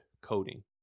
coding